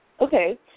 Okay